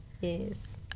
yes